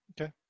Okay